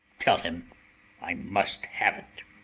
tell him i must have't.